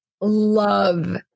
love